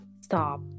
stop